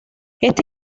esta